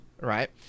right